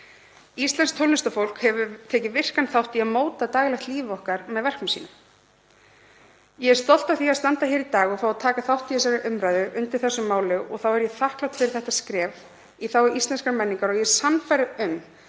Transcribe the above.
Íslenskt tónlistarfólk hefur tekið virkan þátt í að móta daglegt líf okkar með verkum sínum. Ég er stolt af því að standa hér í dag og fá að taka þátt í þessari umræðu undir þessu máli og þá er ég þakklát fyrir þetta skref í þágu íslenskrar menningar. Ég er sannfærð um